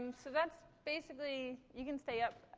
um so that's, basically you can stay up.